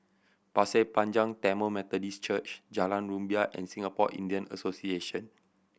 Pasir Panjang Tamil Methodist Church Jalan Rumbia and Singapore Indian Association